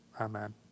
Amen